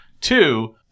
Two